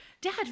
Dad